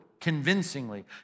convincingly